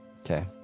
Okay